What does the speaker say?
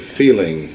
feeling